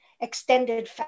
extended